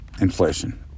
inflation